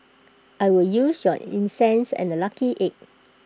I will use your incense and A lucky egg